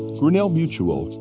grinnell mutual.